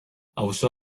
auzo